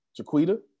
Jaquita